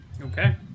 okay